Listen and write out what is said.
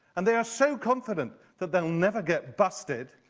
and they are so confident that they'll never get busted,